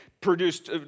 produced